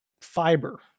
fiber